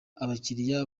abakiliya